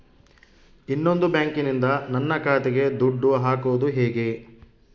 ಇನ್ನೊಂದು ಬ್ಯಾಂಕಿನಿಂದ ನನ್ನ ಖಾತೆಗೆ ದುಡ್ಡು ಹಾಕೋದು ಹೇಗೆ?